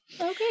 okay